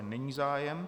Není zájem.